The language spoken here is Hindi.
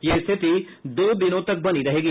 यह स्थिति दो दिनों तक बनी रहेगी